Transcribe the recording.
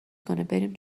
کنهبریم